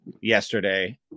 yesterday